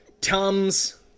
Tums